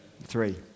Three